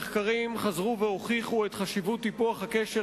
מחקרים חזרו והוכיחו את חשיבות טיפוח הקשר